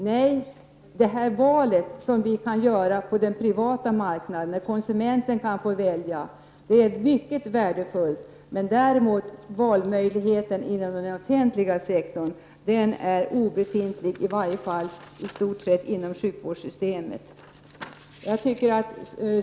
Nej, det val som vi kan göra på den privata marknaden, där konsumenten kan välja, är mycket värdefullt. Men valmöjligheter inom den offentliga sektorn är obefintlig — i varje fall i stort sett inom sjukvårdssystemet.